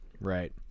Right